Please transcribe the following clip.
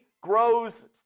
grows